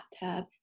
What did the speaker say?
bathtub